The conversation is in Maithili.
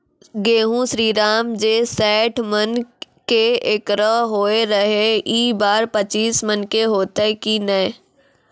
गेहूँ श्रीराम जे सैठ मन के एकरऽ होय रहे ई बार पचीस मन के होते कि नेय?